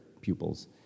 pupils